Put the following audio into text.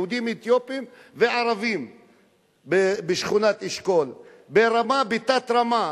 יהודים אתיופים וערבים בשכונת רמת-אשכול ברמה שהיא תת-רמה.